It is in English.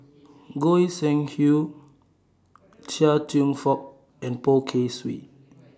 Goi Seng Hui Chia Cheong Fook and Poh Kay Swee